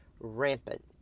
rampant